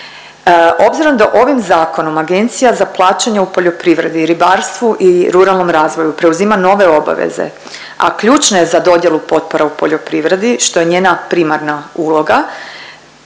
Obzirom da ovim zakonom Agencija za plaćanje u poljoprivredi, ribarstvu i ruralnom razvoju preuzima nove obaveze, a ključna je za dodjelu potpora u poljoprivredi što je njena primarna uloga,